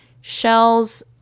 shells